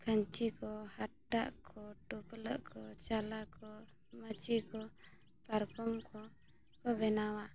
ᱠᱷᱟᱹᱧᱪᱤ ᱠᱚ ᱦᱟᱴᱟᱜ ᱠᱚ ᱴᱩᱯᱞᱟᱹᱜ ᱠᱚ ᱪᱟᱞᱟ ᱠᱚ ᱢᱟᱹᱪᱤ ᱠᱚ ᱯᱟᱨᱠᱚᱢ ᱠᱚ ᱵᱮᱱᱟᱣᱟ